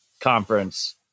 conference